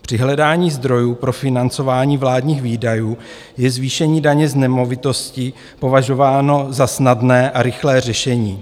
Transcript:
Při hledání zdrojů pro financování vládních výdajů je zvýšení daně z nemovitosti považováno za snadné a rychlé řešení.